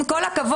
אני אומר לכם